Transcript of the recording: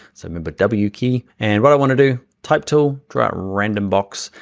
i mean but w key and what i want to do, type tool, draw a random box,